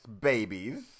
babies